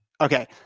Okay